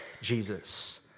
Jesus